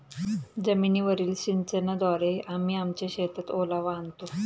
जमीनीवरील सिंचनाद्वारे आम्ही आमच्या शेतात ओलावा आणतो